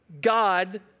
God